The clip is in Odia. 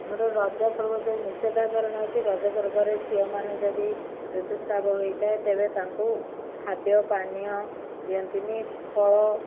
ଆମର ରଜ ପର୍ବ ଯୋଉ ନିଷେଦ୍ଧାଚରଣ ଅଛି ରଜ ପର୍ବରେ ଝିଅମାନେ ଯଦି ଋତୁସ୍ରାବ ହୋଇଥାଏ ତେବେ ତାଙ୍କୁ ଖାଦ୍ୟ ପାନୀୟ ଦିଅନ୍ତିନି ଫଳ